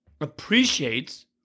appreciates